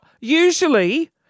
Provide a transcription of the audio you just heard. usually